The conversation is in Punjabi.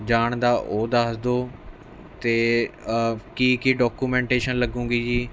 ਜਾਣ ਦਾ ਉਹ ਦੱਸ ਦਿਉ ਅਤੇ ਕੀ ਕੀ ਡਾਕੂਮੈਂਟੇਸ਼ਨ ਲੱਗੂਗੀ ਜੀ